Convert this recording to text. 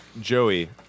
Joey